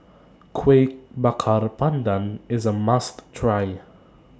Kuih Bakar Pandan IS A must Try